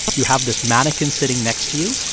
you have this mannequin sitting next to you.